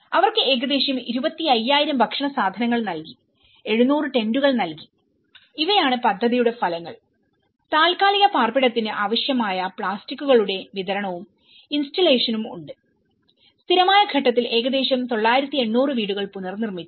അവർക്ക് ഏകദേശം 25000 ഭക്ഷണ സാധനങ്ങൾ നൽകി 700 ടെന്റുകൾ നൽകി ഇവയാണ് പദ്ധതിയുടെ ഫലങ്ങൾ താൽക്കാലിക പാർപ്പിടത്തിന് ആവശ്യമായ പ്ലാസ്റ്റിക്കുകളുടെ വിതരണവും ഇൻസ്റ്റല്ലേഷനും ഉണ്ട് സ്ഥിരമായ ഘട്ടത്തിൽ ഏകദേശം 9800 വീടുകൾ പുനർനിർമിച്ചു